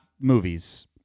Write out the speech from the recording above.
movies